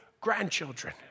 grandchildren